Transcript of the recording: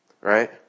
Right